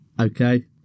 Okay